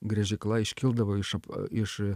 griežykla iškildavo iš apa iš